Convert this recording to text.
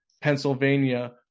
Pennsylvania